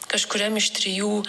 kažkuriam iš trijų